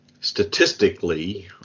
statistically